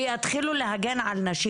ויתחילו להגן על נשים.